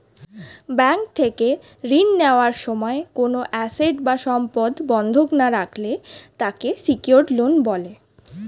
bank থেকে ঋণ নেওয়ার সময় কোনো অ্যাসেট বা সম্পদ বন্ধক না রাখলে তাকে সিকিউরড লোন বলে